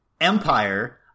Empire